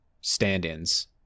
stand-ins